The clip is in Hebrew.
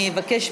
אני אבקש,